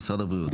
משרד הבריאות,